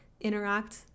interact